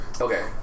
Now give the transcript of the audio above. Okay